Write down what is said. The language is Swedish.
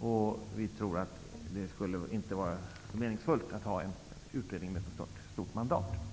och vi tror att det inte skulle vara meningsfullt att ha en utredning med så stort mandat.